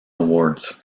awards